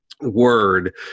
word